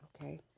Okay